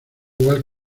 igual